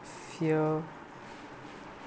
fear